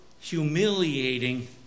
humiliating